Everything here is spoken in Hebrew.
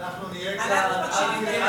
אנחנו נהיה כאן, אנחנו מקשיבים לך.